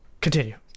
continue